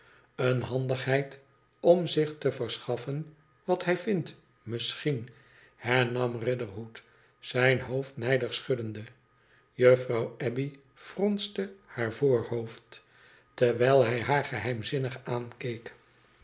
eene handigheid om zich te verschaffen wat hij vindt misschien hernam riderhood zijn hoofd nijdig schuddende juffrouw abbey fronste haar voorhoofd terwijl hij haar geheimzinnig aankeek